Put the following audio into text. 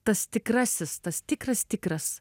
tas tikrasis tas tikras tikras